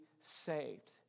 saved